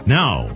now